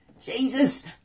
Jesus